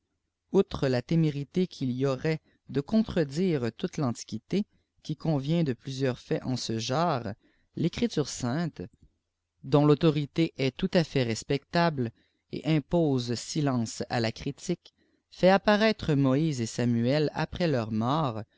outre la témérité qu'il y aurait de contredire toute l'antiquité qui convient de plusieurs faits en ce genre uecriture sainte dont l'autorité est tout à fait respectable et wq ese silènes à là fait apparaître moïse et samuel après leur mort